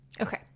Okay